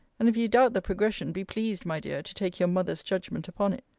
and if you doubt the progression, be pleased, my dear, to take your mother's judgment upon it.